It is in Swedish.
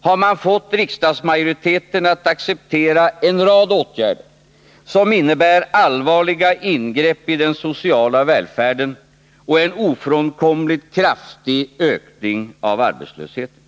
har man fått riksdagsmajoriteten att acceptera en rad åtgärder som innebär allvarliga ingrepp i den sociala välfärden och en ofrånkomlig kraftig ökning av arbetslösheten.